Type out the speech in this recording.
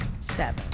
Seven